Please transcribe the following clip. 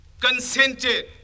consented